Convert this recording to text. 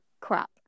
crap